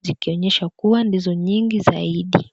Zikionyesha kuwa ndizo nyingi zaidi.